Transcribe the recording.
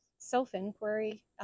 Self-inquiry